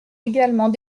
également